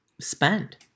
spend